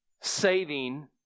saving